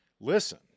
listen